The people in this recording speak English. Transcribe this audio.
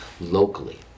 locally